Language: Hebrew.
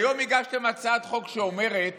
היום הגשתם הצעת חוק שאומרת